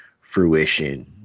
fruition